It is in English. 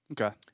Okay